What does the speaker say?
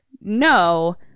No